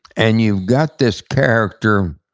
and you've got this character,